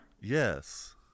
Yes